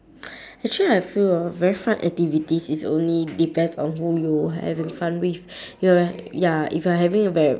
actually I feel a very fun activities is only depends on who you having fun with you're uh ya if you're having a very